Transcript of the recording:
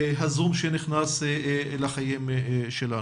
הזום שנכנס לחיים שלנו.